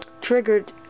triggered